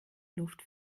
luft